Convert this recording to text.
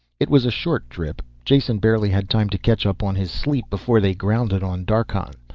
it was a short trip. jason barely had time to catch up on his sleep before they grounded on darkhan.